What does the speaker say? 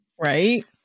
Right